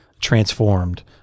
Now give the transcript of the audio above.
transformed